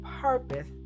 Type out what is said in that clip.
purpose